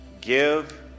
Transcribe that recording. give